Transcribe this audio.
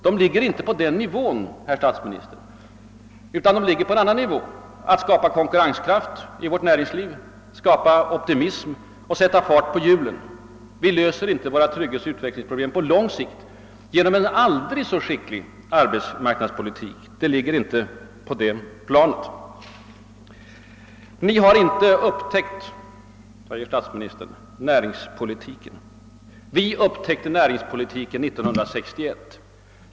De ligger inte på den nivån, herr statsminister, utan på en annan. De åtgärder som måste vidtagas måste vara ägnade att skapa konkurrenskraft i vårt näringsliv, skapa optimism och sätta fart på hjulen. Vi löser alltså inte våra trygghetsoch utvecklingsproblem på lång sikt genom en aldrig så skicklig arbetsmarknadspolitik. Ni har inte upptäckt, säger statsministern, näringspolitikens betydelse. Vi däremot upptäckte näringspolitiken 1961, fortsätter han.